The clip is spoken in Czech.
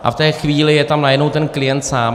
A v té chvíli je tam najednou ten klient sám.